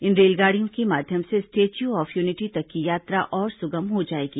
इन रेलगाड़ियों के माध्यम से स्टैच्यू ऑफ यूनिटी तक की यात्रा और सुगम हो जाएगी